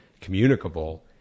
communicable